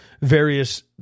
various